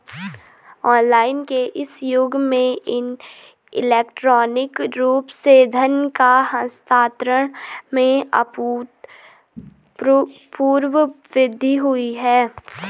online के इस युग में इलेक्ट्रॉनिक रूप से धन के हस्तांतरण में अभूतपूर्व वृद्धि हुई है